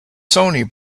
sony